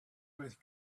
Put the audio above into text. with